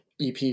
ep